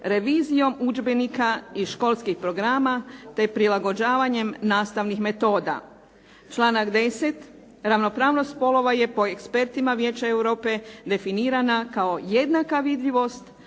revizijom udžbenika i školskih programa te prilagođavanjem nastavnih metoda. Članak 10. ravnopravnost spolova je po ekspertima Vijeća Europe definirana kao jednaka vidljivost,